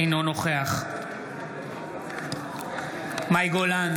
אינו נוכח מאי גולן,